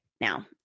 now